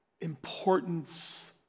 importance